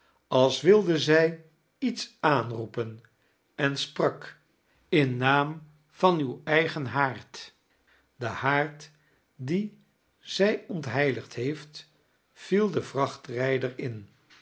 als wilde zij iets aanroepen en sprak in naam van uw eigen haard de haard dien zij ontheiligd heeft viel de